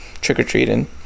trick-or-treating